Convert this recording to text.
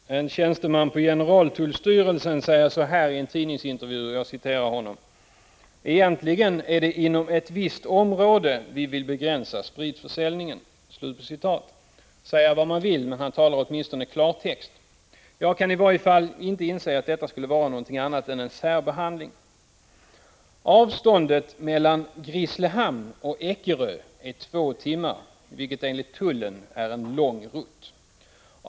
Herr talman! En tjänsteman på generaltullstyrelsen säger i en tidningsintervju: Egentligen är det inom ett visst område vi vill begränsa spritförsäljningen. Säga vad man vill, men han talar åtminstone klarspråk. Jag kan inte inse att detta skulle kunna vara någonting annat än en särbehandling. Avståndet mellan Grisslehamn och Eckerö är två timmar, vilket enligt tullen är en lång rutt.